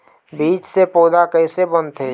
बीज से पौधा कैसे बनथे?